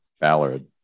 ballard